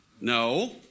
No